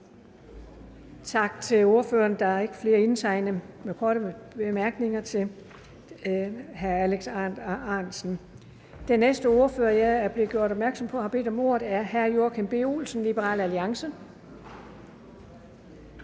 Tak til ordføreren. Der er ikke flere indtegnet med korte bemærkninger til hr. Alex Ahrendtsen. Den næste ordfører, jeg er blevet gjort opmærksom på har bedt om ordet, er hr. Joachim B. Olsen, Liberal Alliance.